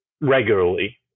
regularly